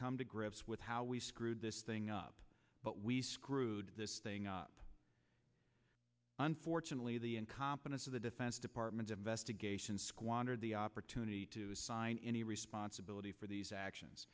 come to grips with how we screwed this thing up but we screwed this thing up unfortunately the incompetence of the defense department investigation squandered the opportunity to assign any responsibility for the